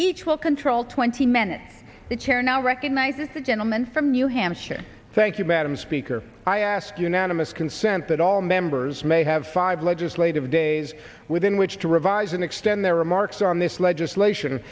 each will control twenty men in the chair now recognizes the gentleman from new hampshire thank you madam speaker i ask unanimous consent that all members may have five legislative days within which to revise and extend their remarks on this legislation